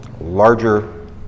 Larger